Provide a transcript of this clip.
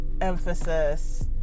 Emphasis